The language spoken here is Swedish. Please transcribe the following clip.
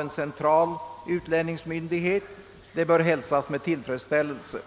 en central utlänningsmyndighet. Den bör hälsas med tillfredsställelse.